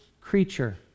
creature